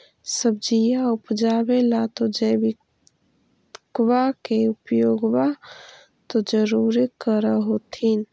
सब्जिया उपजाबे ला तो जैबिकबा के उपयोग्बा तो जरुरे कर होथिं?